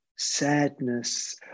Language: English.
Sadness